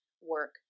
work